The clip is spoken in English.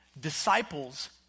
Disciples